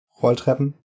Rolltreppen